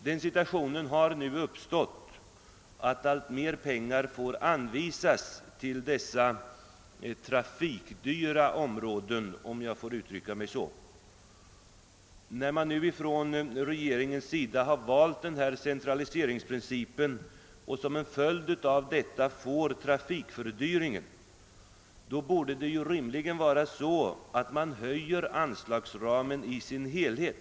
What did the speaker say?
Den situationen har nu uppstått att alltmer pengar måste anvisas till dessa trafikdyra områden — om jag får uttrycka mig så. När nu regeringen har valt centraliseringsprincipen och som en följd härav får en trafikfördyring, borde man rimligen höja anslagsramen i dess helhet.